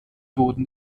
wurde